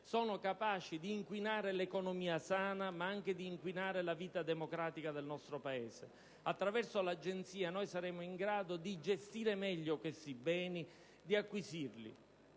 sono capaci di inquinare l'economia sana, ma anche di inquinare la vita democratica del nostro Paese. Attraverso l'Agenzia, saremo in grado di gestire meglio questi beni e di acquisirli.